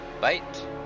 Bite